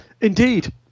Indeed